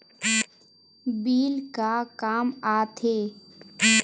Bill का काम आ थे?